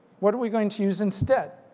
what are we going to use instead?